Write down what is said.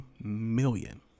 million